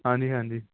ਹਾਂਜੀ ਹਾਂਜੀ